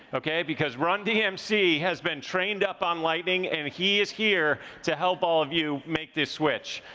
okay? because run-dmc has been trained up on lightning, and he is here to help all of you make this switch.